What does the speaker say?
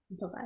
bye